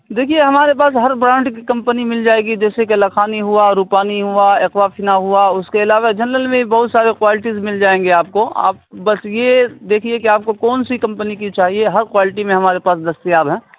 دیکھیے ہمارے پاس ہر برانڈ کی کمپنی مل جائے گی جیسے کہ لکھانی ہوا رپانی ہوا ایکوافینا ہوا اس کے علاوہ جنرل میں بھی بہت سارے کوالٹیز مل جائیں گے آپ کو آپ بس یہ دیکھیے کہ آپ کو کون سی کمپنی کی چاہیے ہر کوالٹی میں ہمارے پاس دستیاب ہیں